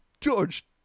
George